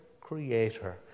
creator